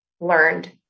learned